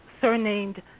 surnamed